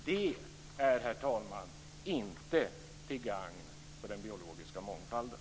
Det är, herr talman, inte till gagn för den biologiska mångfalden.